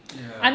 ya